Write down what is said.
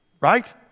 right